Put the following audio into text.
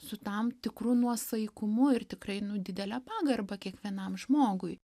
su tam tikru nuosaikumu ir tikrai didele pagarba kiekvienam žmogui